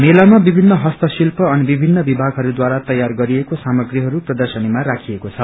मेलामा विभिन्न हस्तशिल्प अनि विभिन्न विभागहरूद्वारा तयार गरिएको सामग्रीहरू प्रर्दशनीमा राखिएको छ